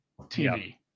TV